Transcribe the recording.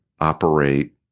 operate